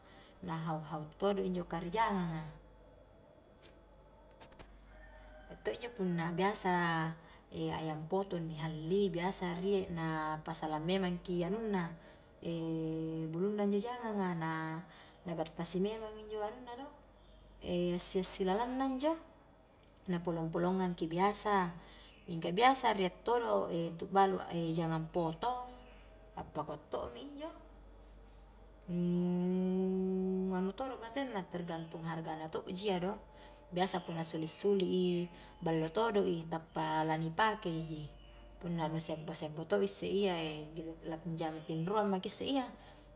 Na hau-hau todo injo kari jangang a, rie to injo punna biasa ayam potong ni halli biasa rie na pasalang memangki anunna bulunna injo jangang a, na-na battasi memang injo anunna do assi-assi lalangna injo, na polong-polongangki biasa, mingka biasa rie todo' e tu balu jangang potong, appakua to' mi injo, nu nganu todo batena tergantung harga na to'ji iya do, biasa punna suli-suli i ballo todo i, tappa lani pakeji, punna nu sempo-sempo to isse iya la jama pinruang maki isse iya.